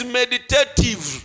meditative